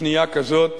פנייה כזאת